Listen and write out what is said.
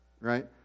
right